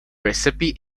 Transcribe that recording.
recipes